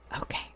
Okay